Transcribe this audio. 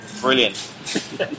brilliant